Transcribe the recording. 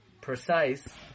precise